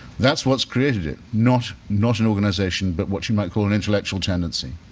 that's what created it, not not an organization but what you might call an intellectual tendency.